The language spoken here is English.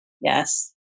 Yes